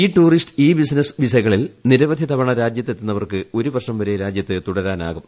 E tourist e business വീസകളിൽ നിരവധി തവണ രാജ്യത്തെത്തുന്നവർക്ക് ഒരു വർഷം വരെ രാജ്യത്ത് തുടരാനാകും